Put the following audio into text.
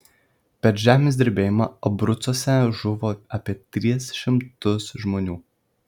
per žemės drebėjimą abrucuose žuvo apie tris šimtus žmonių